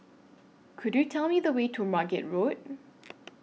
Could YOU Tell Me The Way to Margate Road